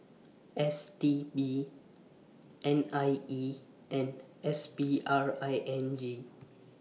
S T B N I E and S P R I N G